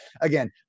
again